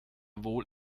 wohl